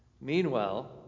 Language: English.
Meanwhile